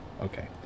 Okay